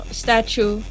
statue